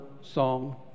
song